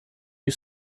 you